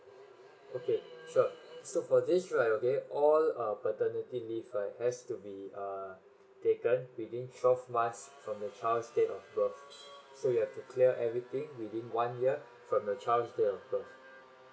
okay sure so for this right okay all uh paternity leave right has to be err taken within twelve months from the child's date of birth so you have to clear everything within one year from the child's date of birth